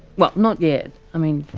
well not yet. i mean,